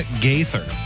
Gaither